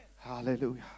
Hallelujah